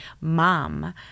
mom